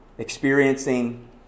Experiencing